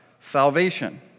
salvation